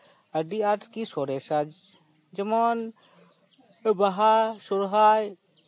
ᱟᱹᱰᱤ ᱟᱸᱴ ᱜᱮ ᱥᱚᱨᱮᱥᱟ ᱡᱮᱢᱚᱱ ᱵᱟᱦᱟ ᱥᱚᱨᱦᱟᱭ